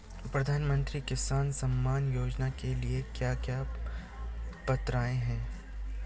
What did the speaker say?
प्रधानमंत्री किसान सम्मान योजना के लिए क्या क्या पात्रताऐं हैं?